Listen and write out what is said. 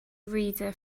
reader